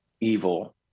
evil